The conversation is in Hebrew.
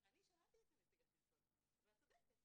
אני שמעתי את נציגת משרד החינוך ואת צודקת,